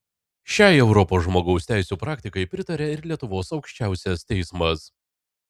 šiai europos žmogaus teisių teismo praktikai pritaria ir lietuvos aukščiausias teismas